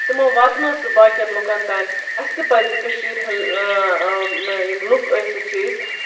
تِمَو واتنو سُہ باقین لُکن تام اَسہِ تہِ پَزِ کٔشیٖر یِم لُکھ ٲسِتھ چھِ أسۍ